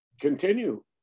continue